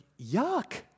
yuck